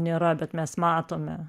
nėra bet mes matome